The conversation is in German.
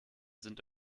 sind